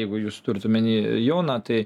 jeigu jūs turit omeny joną tai